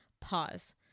pause